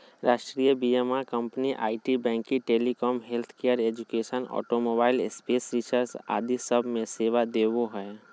राष्ट्रीय बीमा company IT, banking, telecom, healthcare, education, automobile, space research आदि सब मे सेवा देवो हय